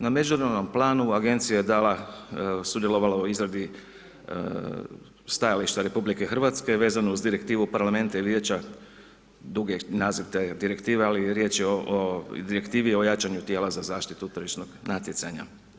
Na međunarodnom planu agencija je dala, sudjelovala u izradi stajališta RH vezano uz direktivu parlamenta i vijeća, dugi je naziv te direktive ali riječ je o direktivi o jačanju tijela za zaštitu tržišnog natjecanja.